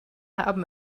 haben